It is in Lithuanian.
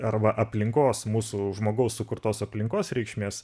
arba aplinkos mūsų žmogaus sukurtos aplinkos reikšmės